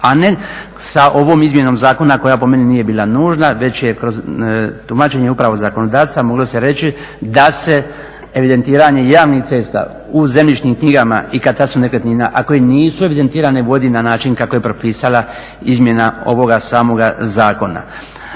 A ne sa ovom izmjenom zakona koja po meni nije bila nužna, već je kroz tumačenje upravo zakonodavca moglo se reći da se evidentiranje javnih cesta u zemljišnim knjigama i katastru nekretnina ako i nisu evidentirane vodi na način kako je propisala izmjena ovoga samoga zakona.